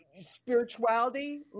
spirituality